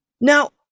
now